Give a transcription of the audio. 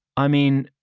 i mean,